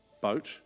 boat